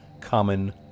common